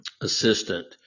assistant